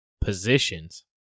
positions